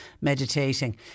meditating